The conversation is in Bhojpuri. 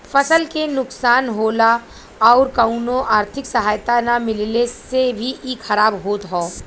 फसल के नुकसान होला आउर कउनो आर्थिक सहायता ना मिलले से भी इ खराब होत हौ